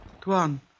tuan